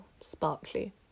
sparkly